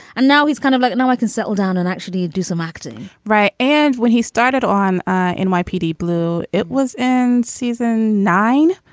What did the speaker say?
and now he's kind of like no one can settle down and actually do some acting right. and when he started on ah nypd blue, it was in season nine.